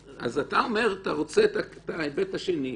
אז אתה אומר שאתה רוצה את ההיבט השני,